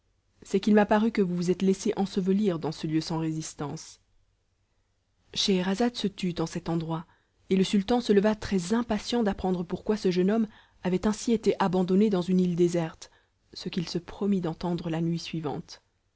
c'est qu'il m'a paru que vous vous êtes laissé ensevelir dans ce lieu sans résistance scheherazade se tut en cet endroit et le sultan se leva très impatient d'apprendre pourquoi ce jeune homme avait ainsi été abandonné dans une île déserte ce qu'il se promit d'entendre la nuit suivante